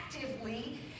actively